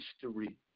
history